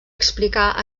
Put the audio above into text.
explicar